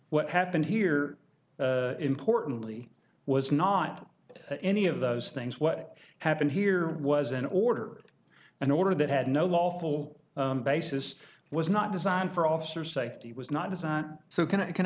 what happened here importantly was not any of those things what happened here was an order an order that had no lawful basis was not designed for officer safety was not designed so can i can